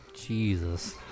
Jesus